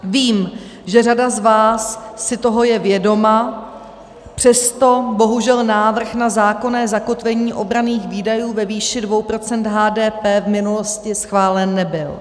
Vím, že řada z vás si toho je vědoma, přesto bohužel návrh na zákonné zakotvení obranných výdajů ve výši 2 % HDP v minulosti schválen nebyl.